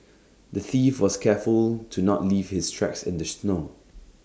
the thief was careful to not leave his tracks in the snow